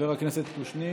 חבר הכנסת קושניר.